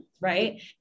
right